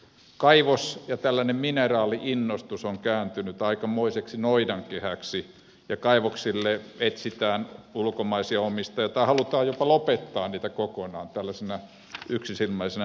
kaivos ja mineraali innostus on kääntynyt aikamoiseksi noidankehäksi ja kaivoksille etsitään ulkomaisia omistajia tai halutaan jopa lopettaa niitä kokonaan tällaisena yksisilmäisenä näkökulmana